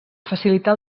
facilitar